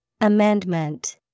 Amendment